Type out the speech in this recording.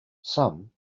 some